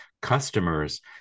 customers